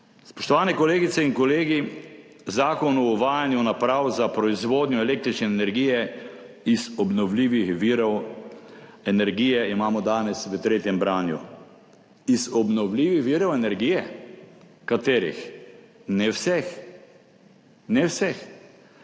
Spoštovani kolegice in kolegi, Zakon o uvajanju naprav za proizvodnjo električne energije iz obnovljivih virov energije imamo danes v tretjem branju. Iz obnovljivih virov energije? Katerih? Ne vseh, ne vseh.